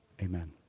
Amen